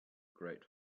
great